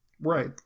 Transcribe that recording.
Right